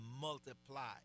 multiply